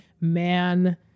man